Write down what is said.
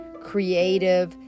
creative